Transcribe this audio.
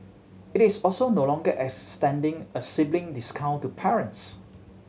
it is also no longer extending a sibling discount to parents